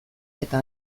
eta